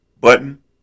button